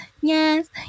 yes